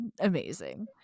Amazing